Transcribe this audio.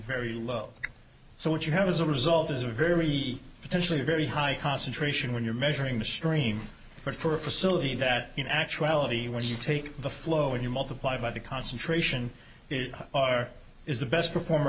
very low so what you have is a result is a very potentially very high concentration when you're measuring the stream but for a facility that in actuality when you take the flow when you multiply by the concentration r is the best performer